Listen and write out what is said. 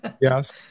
yes